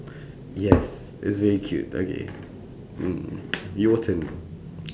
yes it's very cute okay mm your turn